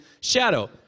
shadow